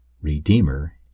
Redeemer